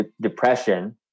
depression